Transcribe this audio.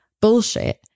bullshit